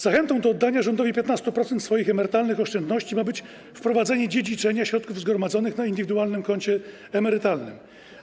Zachętą do oddania rządowi 15% swoich emerytalnych oszczędności ma być wprowadzenie dziedziczenia środków zgromadzonych na indywidualnym koncie emerytalnym.